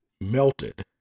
melted